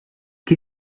que